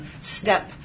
step